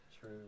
True